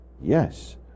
yes